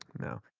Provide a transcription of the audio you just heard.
no.